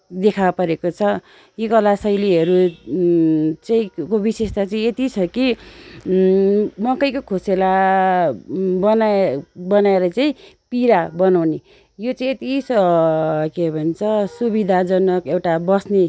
देखापरेको छ यी कला शैलीहरू चाहिँ को विशेषता चाहिँ यति छ कि मकैको खोसेला बनाए बनाएर चाहिँ पिरा बनाउने यो चाहिँ यति स के भन्छ सुविधाजनक एउटा बस्ने